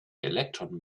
electron